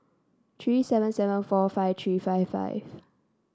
three seven seven four five three five five